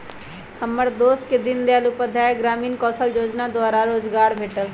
हमर दोस के दीनदयाल उपाध्याय ग्रामीण कौशल जोजना द्वारा रोजगार भेटल